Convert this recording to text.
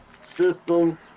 system